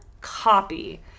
copy